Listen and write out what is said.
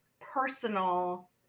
personal